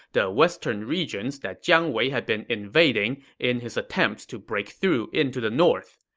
the western regions that jiang wei had been invading in his attempts to break through into the north.